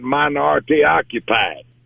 minority-occupied